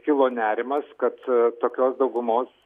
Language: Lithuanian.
kilo nerimas kad tokios daugumos